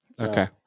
okay